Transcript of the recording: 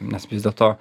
nes vis dėlto